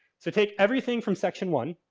so take everything from section one.